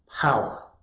power